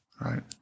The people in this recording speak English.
Right